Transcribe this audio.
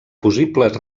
possibles